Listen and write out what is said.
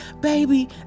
Baby